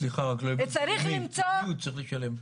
סליחה, למי הוא צריך לשלם?